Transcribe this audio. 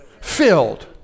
Filled